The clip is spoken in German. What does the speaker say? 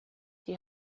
die